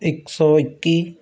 ਇੱਕ ਸੌ ਇੱਕੀ